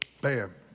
bam